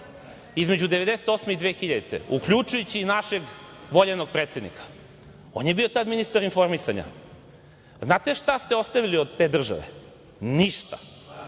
između 1998. i 2000. godine, uključujući i našeg voljenog predsednika. On je bio tada ministar informisanja. Znate šta ste ostavili od te države? Ništa.